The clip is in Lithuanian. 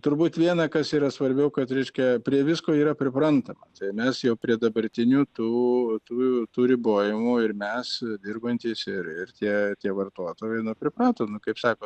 turbūt viena kas yra svarbiau kad reiškia prie visko yra priprantama tai mes jau prie dabartinių tų tų jau tų ribojimų ir mes dirbantys ir ir tie tie vartotojai priprato nu kaip sako